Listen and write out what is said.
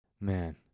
Man